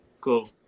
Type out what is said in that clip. Cool